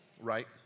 right